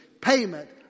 payment